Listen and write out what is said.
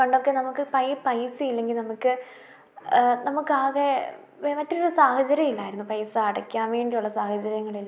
പണ്ടൊക്കെ നമുക്ക് കയ്യിൽ പൈസ ഇല്ലെങ്കിൽ നമുക്ക് നമുക്കാകെ മറ്റൊരു സാഹചര്യം ഇല്ലായിരുന്നു പൈസ അടയ്ക്കാൻ വേണ്ടിയുള്ള സാഹചര്യങ്ങളില്ല